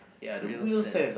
real sense